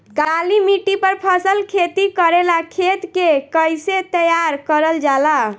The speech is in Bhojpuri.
काली मिट्टी पर फसल खेती करेला खेत के कइसे तैयार करल जाला?